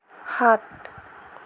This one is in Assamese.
সাত